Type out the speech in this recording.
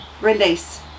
release